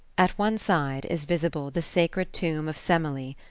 at one side is visible the sacred tomb of semele,